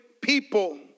people